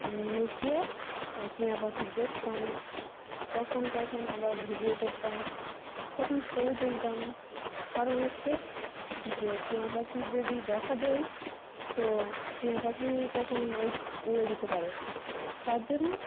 লুকিয়ে ওই টিয়া পাখি দেখতাম কখন কখন আবার ভিডিও করতাম কখন ছবি তুলতাম কারণ হচ্ছে যে টিয়া পাখি যদি দেখা দেয় তো টিয়া পাখি তখন উড়ে যেতে পারে তার জন্য